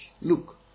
look